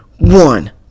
one